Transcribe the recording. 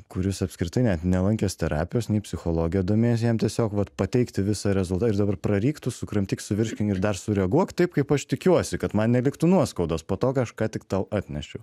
kuris apskritai net nelankęs terapijos nei psichologija domėjos jam tiesiog vat pateikti visą rezulta ir dabar praryk tu sukramtyk suvirškink ir dar sureaguok taip kaip aš tikiuosi kad man neliktų nuoskaudos po to ką aš ką tik tau atnešiau